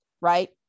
Right